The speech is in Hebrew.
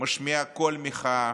משמיעה קול מחאה,